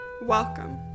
Welcome